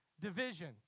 division